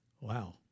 Wow